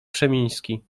krzemiński